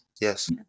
Yes